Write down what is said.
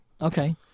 okay